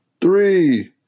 Three